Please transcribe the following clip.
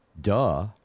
duh